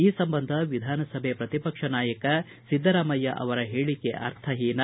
ಈ ಸಂಬಂಧ ವಿಧಾನಸಭೆ ಪ್ರತಿಪಕ್ಷ ನಾಯಕ ಸಿದ್ದರಾಮಯ್ಯ ಅವರ ಹೇಳಿಕೆ ಅರ್ಥಹೀನ